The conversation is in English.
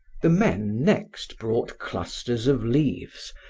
the men next brought clusters of leaves,